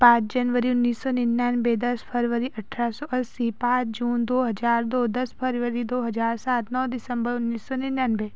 पाँच जनवरी उन्नीस सौ निन्यानवे दस फरवरी अठरह सौ अस्सी पाँच जून दो हजार दो दस फरवरी दो हजार सात नौ दिसम्बर उन्नीस सौ निन्यानवे